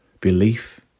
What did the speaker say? belief